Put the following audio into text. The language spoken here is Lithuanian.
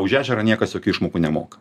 už ežerą niekas jokių išmokų nemoka